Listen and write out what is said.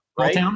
right